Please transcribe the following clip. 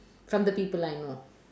from the people I know